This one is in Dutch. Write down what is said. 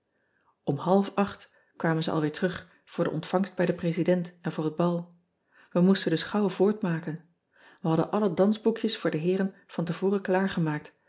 m half acht kwamen ze alweer terug voor de ontvangst bij den resident en voor het bal e moesten dus gauw voortmaken e hadden alle dansboekjes voor de heeren van